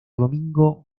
domingo